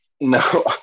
No